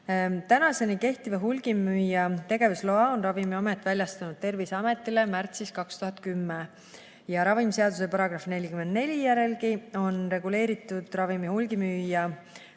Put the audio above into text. Tänaseni kehtiva hulgimüüja tegevusloa on Ravimiamet väljastanud Terviseametile märtsis 2010. Ravimiseaduse § 44 järgi on reguleeritud ravimi hulgimüüja